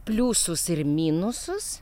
pliusus ir minusus